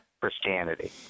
Christianity